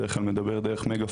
בדרך כלל אני מדבר אל תוך מגפון.